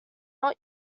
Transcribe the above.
not